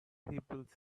people